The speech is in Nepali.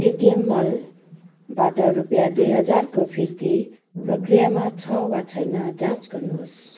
पेटिएम मलबाट रुपियाँ दुई हजारको फिर्ती प्रक्रियामा छ वा छैन जाँच गर्नुहोस्